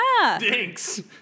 Thanks